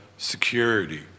Security